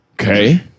Okay